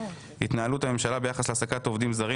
התנהלות הממשלה ביחס להעסקת עובדים זרים,